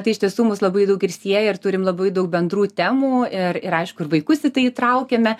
tai iš tiesų mus labai daug ir sieja ir turim labai daug bendrų temų ir ir aišku ir vaikus į tai įtraukiame